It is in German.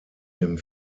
dem